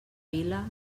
vila